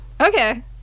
Okay